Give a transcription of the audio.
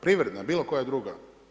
Privredna, bilo koja druga.